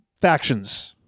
factions